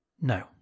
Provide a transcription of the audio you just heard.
No